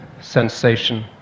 sensation